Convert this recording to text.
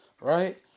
right